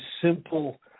simple